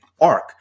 ARK